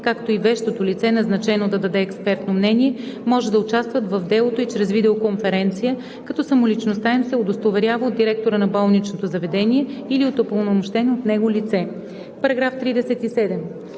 както и вещото лице, назначено да даде експертно мнение, може да участват в делото и чрез видеоконференция, като самоличността им се удостоверява от директора на болничното заведение или от упълномощено от него лице.“.“